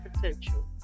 potential